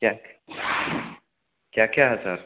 क्या क्या क्या है सर